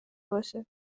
باشه